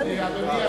אדוני,